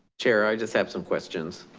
chair, i just have some questions.